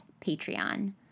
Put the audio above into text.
Patreon